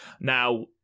now